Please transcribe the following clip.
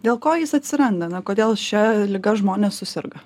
dėl ko jis atsiranda na kodėl šia liga žmonės suserga